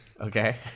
Okay